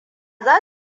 za